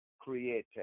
created